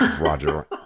roger